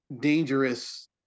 dangerous